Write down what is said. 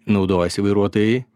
naudojasi vairuotojai